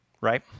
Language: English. Right